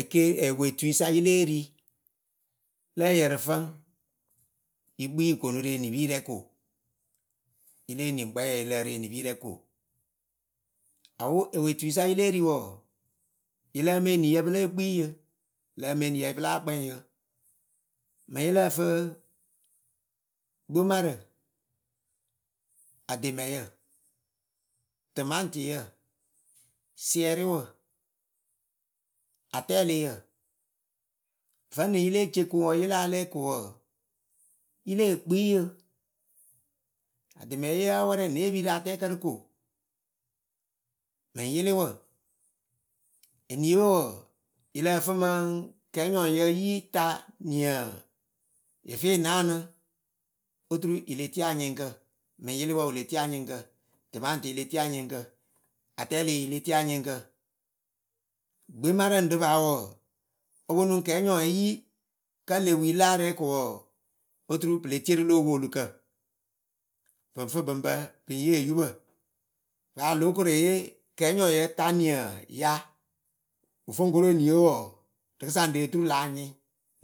Ekee, ewetuyɨsa yɨ lée ri lǝ ǝyǝrɨfǝŋ yɨ kpii yɨ koonu rɨ enipiyɨrɛ ko?. Yɨle eniŋkpɛŋyǝ yɨ lǝ rɨ enipiyɨrɛ rɨ ko Awo ewetuyɨsa yɨ lée ri wɔɔ, yɨ lǝǝmɨ eniyǝ pɨ lée kpii yɨ, yɨ lǝǝmɨ enjyǝ pɨ láa kpɛŋ yɨ Gbomarǝ, ademɛyǝ tɨmaŋtɩyǝ, siɛrɩwǝ atɛɛlɩyǝ. vǝ́nɨŋ yɨ le ce koŋwǝ yɨ la lɛɛ ko wǝǝ, yɨ leh kpii yɨ. Ademɛye yáa wɛrɛ ne epiiyǝ rɨ atɛɛkǝ rɨ ko Mɨŋ yɩlɩwǝ, eniiwe wɔɔ, yɨ lǝh fɨ mɨŋ kɛɛnyɔyǝ yi ta niǝ yɨ fɨ yɨ naanɨ. Oturu yɨ le tie anyɩŋkǝ. mɨŋ yɩlɩwǝ, wɨ le tie anyɩŋkǝ, tɨmaŋtɩɩ le tie anyɩŋkǝ atɛɛlɩɩ yɨ le tie anyɩŋkǝ gbemarǝ ŋɖɨ paa wɔɔ, o po njuŋ kɛɛnyɔŋyi kǝ́ le wi láa rɛɛ ko wɔɔ oturu pɨ le tie rɨlo opoolukǝ. Pɨ ŋ fɨ bɨ ŋ pǝ pɨ ŋ yee yupǝ. Paa lóo koru eyee kɛɛnyɔyǝ ta niǝ, yaa Wɨ fo ŋ ko ro eniiwe wɔɔ, rɨkɨsa oturu ŋɖee lah nyɩŋ,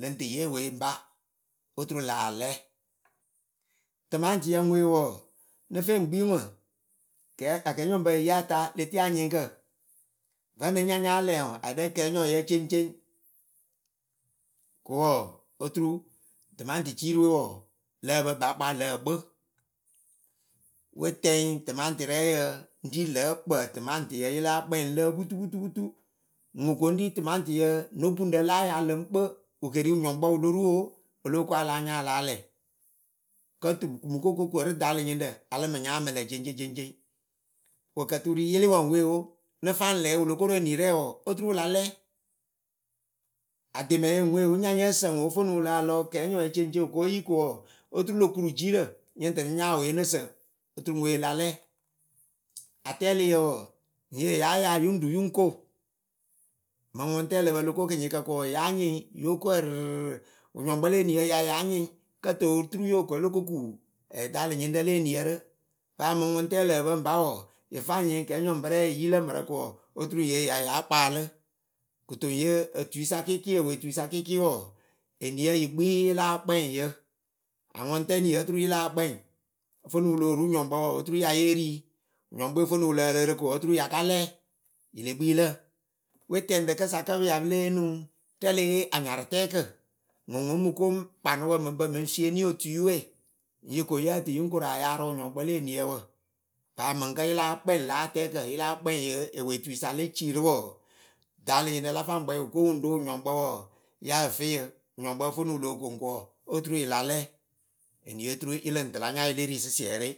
lɨŋ tɨ yee ewee ŋpa Oturu lah lɛɛ Tɨmaŋtɩyǝ ŋwee wɔɔ, nɨ fe ŋ kpii ŋwɨ, kɛɛ, akɛɛnyɔŋbǝ eyi ata le tie anyɩŋkǝ. Vǝ́nɨŋ nya nyáa lɛɛ ŋwɨ ayɩɖɛ kɛɛnyɔŋyǝ ceŋceŋ, ko wɔɔ, oturu ɖɨmaŋtɩciirɨwe wɔɔ, lǝh pǝ ba kpaa, lǝh kpɨ We tɛŋ tɨmaŋtɩrɛɛyǝ ŋ ɖii lǝ̌ kpǝǝtɨmaŋtɩyǝ yɨ láa kpɛŋ lǝǝ putuputuputu.,Ŋwɨ ko ŋ ɖi tɨpaŋtɩyǝ no guŋrǝ láa yaa lɨŋ kpɨ, wɨ ke ri wɨnyɔŋkpǝ wɨ lo ru oo, o lóo ko a láa nya a láa lɛɛ Kǝ tɨ mɨ ko oko ku ǝrɨ daalɨnyɩŋɖǝ, a lɨ ŋ mɨ nya a mɨ lɛɛ ceŋceŋ ceŋceŋ. Wɨ kǝ tɨ wɨ ri yɩlɩwǝ ŋ we oo, nɨ fa ŋ lɛɛ wɨ wɨ lo ko ro enirɛ wɔɔ, oturu wɨ la lɛɛ Ademɛyǝ ŋwe oo, nya nyǝ́ǝ sǝ ŋwɨ o fo ŋ nuŋ wɨ lah lɔ kɛɛnyɔɛ ceŋceŋ wɨ ko yi ko wɔɔ, oturu lo kuru jiirǝ nyɨŋ tɨ nɨ nya ewee nɨ sǝ, oturu ŋwe la lɛɛ Atɛɛlɩyǝ wǝǝ ŋyee yáa yaa yɨ ŋ ruu yɨ ŋ ko. Mɨŋ ŋʊŋtɛɛ lǝ pǝ lo ko kɨnyɩɩkǝ ko wɔɔ, yáa nyɩŋ yɨ ŋ ko ǝrɨrɨrɨrɨrɨ, wɨnyɔŋkpǝ le eniyǝ ya yáa nyɩŋ kǝ tɨ oturu yoh ko lo ko ku daalɨnyɩŋɖǝ le eniyǝ rɨ Paa mɨŋ ŋʊŋtɛɛ lǝǝ pǝ ŋpa wɔɔ, yɨ fa ŋ nyɩŋ kɛɛnyɔŋpɨrɛ eyi lǝ mǝrǝ ko wɔɔ, oturu ŋyee ya yáa kpaalɨ. Kɨto ŋyɨ otuisa kɩɩkɩ ewetuyɨsa kɩɩkɩ wɔɔ, eniyǝ yɨ kpii yɨ láa kpɛŋ yɨ. Aŋʊŋtɛniyǝ oturu yɨ la kpɛŋ Ofoŋ nuŋ wɨ loh ru wɨnyɔŋkpǝ wɔɔ, oturu ya yée rii wɨnyɔŋkpɨwe foŋ nuŋ wɨ lǝh lɨɨrɨ ko wɔɔ oturu ya ka lɛɛ yɨ le kpii lǝ. We tɛŋ rɨkɨsa kǝ́ pɨ ya pɨ lée yee onuŋ rɛ le yee anyarɨtɛɛkǝ, ŋwɨŋwɨ ŋ mɨ ko m kpanɨwǝ mɨ ŋ pǝ mɨ ŋ fieeri otuyɨwe. Ŋyɨ ko yǝh tɨ yɨ ŋ koru ayaa rɨ wɨnyɔŋkpǝ le eniyǝ wǝ. Paa mɨŋ kǝ́ yɨ láa kpɛŋ lah atɛɛkǝ, yɨ láa kpɛŋ ŋyɨ ewetuisa le cii rɨ wɔɔ, daalɨnyɩŋrǝ la fa ŋ kpɛŋ, wɨ ko wɨ ŋ ro wɨnyɔŋkpǝ wɔɔ, yaǝ fɨ yɨ. Wɨnyɔŋkpǝ fo ŋ nuŋ wɨ loh koŋ ko wɔɔ, oturu yɨ la lɛɛ. Eniiwe oturu yɨ lɨŋ tɨ la nya yɨ le ri sɨsiɛrɩ.